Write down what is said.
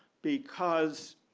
because